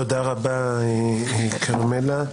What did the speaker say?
תודה רבה, כרמלה.